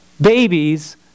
babies